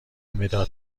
مداد